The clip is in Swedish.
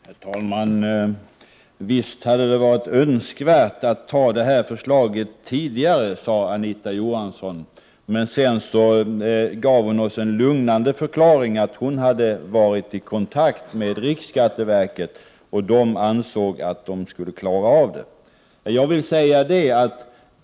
Herr talman! Visst hade det varit önskvärt att ta det här förslaget tidigare, sade Anita Johansson. Sedan gav hon oss några lugnande förklaringar om att hon hade varit i kontakt med riksskatteverket, där man ansåg att man skulle klara av det hela.